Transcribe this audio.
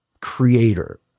creator